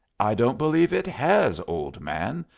i don't believe it has, old man,